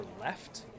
left